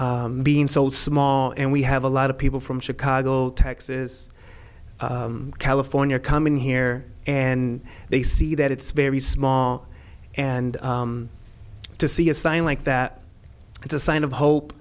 being sold small and we have a lot of people from chicago texas california coming here and they see that it's very small and to see a sign like that it's a sign of hope